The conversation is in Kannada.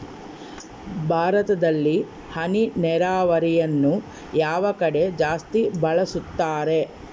ಭಾರತದಲ್ಲಿ ಹನಿ ನೇರಾವರಿಯನ್ನು ಯಾವ ಕಡೆ ಜಾಸ್ತಿ ಬಳಸುತ್ತಾರೆ?